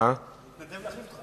אני מתנדב להחליף אותך.